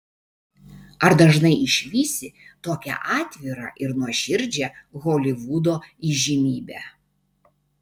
ar dažnai išvysi tokią atvirą ir nuoširdžią holivudo įžymybę